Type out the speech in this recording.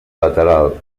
lateral